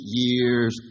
years